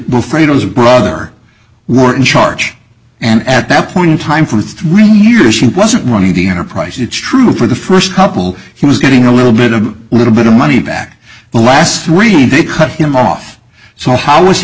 the broader war in charge and at that point in time for three years she wasn't running the enterprise it's true for the first couple he was getting a little bit a little bit of money back the last three they cut him off so how was he